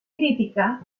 crítica